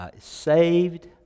saved